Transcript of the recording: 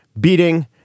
beating